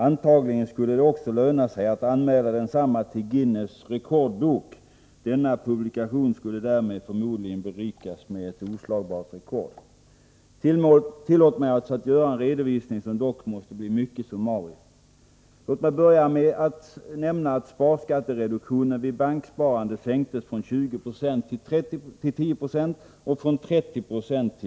Antagligen skulle det också löna sig att anmäla densamma till Guinness rekordbok. Denna publikation skulle därmed förmodligen berikas med ett oslagbart rekord. Tillåt mig alltså att göra en redovisning, som dock måste bli mycket summarisk.